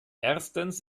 erstens